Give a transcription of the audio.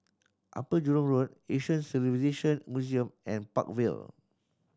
Upper Jurong Road Asian Civilisation Museum and Park Vale